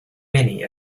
many